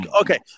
Okay